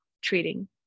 treating